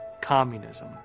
communism